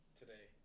today